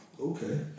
Okay